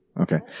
okay